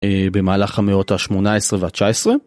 במהלך המאות ה-18 וה-19.